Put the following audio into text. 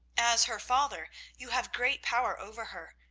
as her father you have great power over her.